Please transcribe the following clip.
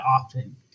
often